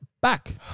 back